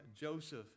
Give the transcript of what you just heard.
Joseph